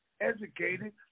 educated